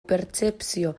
pertzepzio